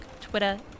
twitter